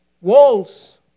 Walls